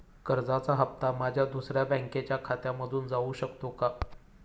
कर्जाचा हप्ता माझ्या दुसऱ्या बँकेच्या खात्यामधून जाऊ शकतो का?